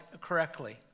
correctly